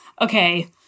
okay